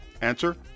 Answer